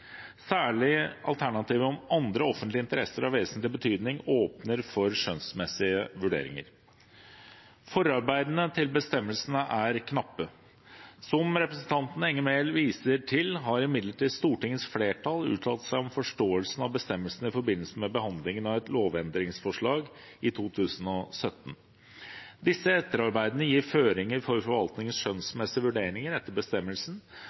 Særlig alternativet om andre offentlige interesser av vesentlig betydning åpner for skjønnsmessige vurderinger. Forarbeidene til bestemmelsene er knappe. Som representanten Enger Mehl viser til, har imidlertid Stortingets flertall uttalt seg om forståelsen av bestemmelsen i forbindelse med behandlingen av et lovendringsforslag i 2017. Disse etterarbeidene gir føringer for forvaltningens skjønnsmessige vurderinger etter bestemmelsen,